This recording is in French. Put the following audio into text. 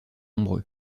nombreux